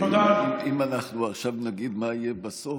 אם אנחנו עכשיו נגיד מה יהיה בסוף,